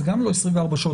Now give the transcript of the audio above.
זה גם לא 24 שעות,